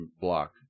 block